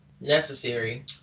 necessary